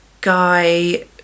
guy